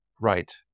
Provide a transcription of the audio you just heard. right